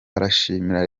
arashimira